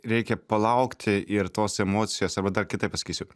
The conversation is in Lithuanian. reikia palaukti ir tos emocijos arba dar kitaip pasakysiu